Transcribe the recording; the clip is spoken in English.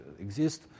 exist